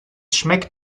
schmeckt